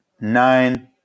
Nine